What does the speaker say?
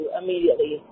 immediately